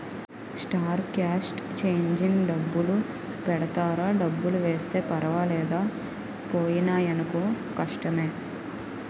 star cast changing డబ్బులు పెడతారా డబ్బులు వస్తే పర్వాలేదు పోయినాయనుకో కష్టమే